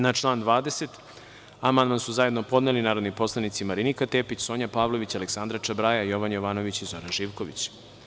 Na član 20. amandman su zajedno podneli narodni poslanici Marinika Tepić, Sonja Pavlović, Aleksandra Čabraja, Jovan Jovanović i Zoran Živković.